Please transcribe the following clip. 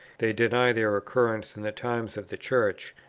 they deny their occurrence in the times of the church,